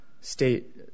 state